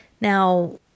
Now